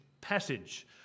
passage